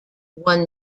won